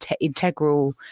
integral